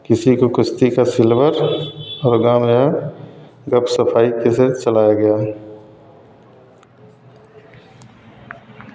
किसी को कुश्ती का सिल्वर और गाँव में बड़े सफाई तरीके से चलाया गया